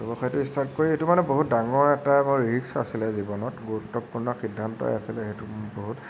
ব্য়ৱসায়টো ষ্টাৰ্ট কৰি সেইটো মানে বহুত ডাঙৰ এটা বৰ ৰিস্ক আছিল জীৱনত গুৰুত্বপূৰ্ণ সিদ্ধান্তই আছিল সেইটো বহুত